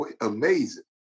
amazing